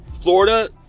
Florida